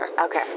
Okay